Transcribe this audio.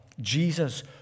Jesus